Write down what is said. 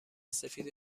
سفید